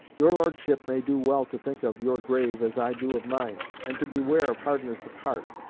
your lordship may do well to think of your grave as i do of mine and to beware of hardness of heart.